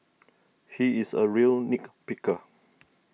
he is a real nit picker